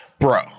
bro